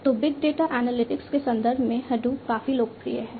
तो big data analytics के संदर्भ में हडूप काफी लोकप्रिय है